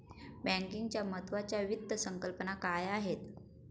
बँकिंगच्या महत्त्वाच्या वित्त संकल्पना काय आहेत?